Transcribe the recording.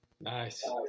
Nice